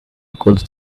equals